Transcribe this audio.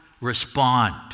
respond